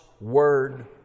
word